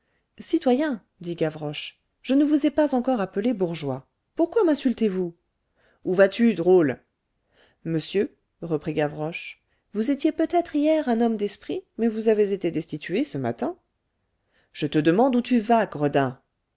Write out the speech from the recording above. citoyen dit gavroche je ne vous ai pas encore appelé bourgeois pourquoi minsultez vous où vas-tu drôle monsieur reprit gavroche vous étiez peut-être hier un homme d'esprit mais vous avez été destitué ce matin je te demande où tu vas gredin